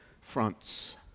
fronts